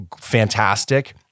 fantastic